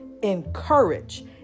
encourage